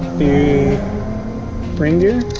the ring gear